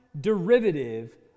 derivative